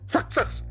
Success